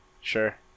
Sure